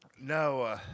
No